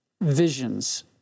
visions